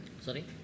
Sorry